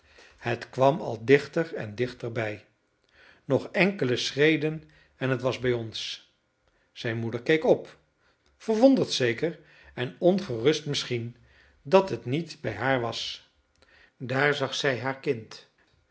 het kwam al dichter en dichter bij nog enkele schreden en het was bij ons zijn moeder keek op verwonderd zeker en ongerust misschien dat het niet bij haar was daar zag zij haar kind